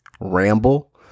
ramble